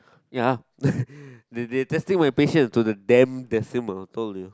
ya they they testing my patience to the damn decimal I told you